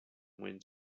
went